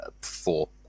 four